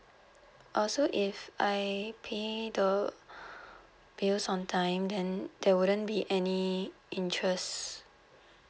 uh so if I pay the bills on time then there wouldn't be any interest